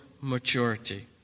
maturity